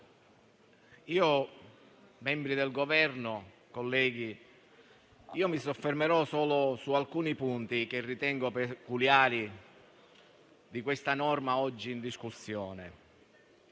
membri del Governo, colleghi, mi soffermerò solo su alcuni punti che ritengo peculiari della norma oggi in discussione.